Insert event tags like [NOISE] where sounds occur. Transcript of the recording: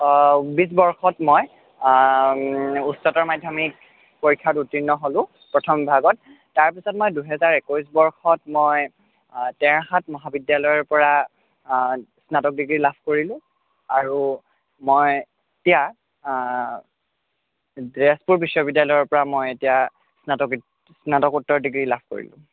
বিশ বৰ্ষত মই উচ্চতৰ মাধ্যমিক পৰীক্ষাত উত্তীৰ্ণ হ'লো প্ৰথম বিভাগত তাৰপিছত মই দুহেজাৰ একৈশ বৰ্ষত মই টেঙাখাত মহাবিদ্যালয়ৰ পৰা স্নাতক ডিগ্ৰী লাভ কৰিলোঁ আৰু মই এতিয়া তেজপুৰ বিশ্ববিদ্যালয়ৰ পৰা মই এতিয়া [UNINTELLIGIBLE] স্নাতকোত্তৰ ডিগ্ৰী লাভ কৰিলোঁ